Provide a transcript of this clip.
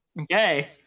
okay